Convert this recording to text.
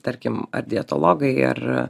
tarkim ar dietologai ir a